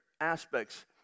aspects